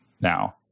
Now